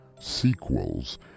sequels